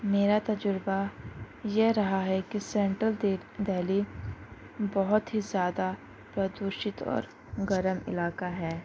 میرا تَجرَبہ یہ رہا ہے کہ سنٹرل دہلی بہت ہی زیادہ پردوشت اور گرم علاقہ ہے